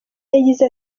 yagize